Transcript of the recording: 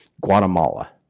Guatemala